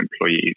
employees